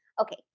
Okay